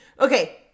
Okay